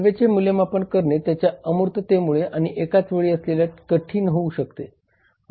सेवेचे मूल्यमापन करणे त्याच्या अमूर्ततेमुळे आणि एकाच वेळी असल्यामुळे कठीण होऊ शकते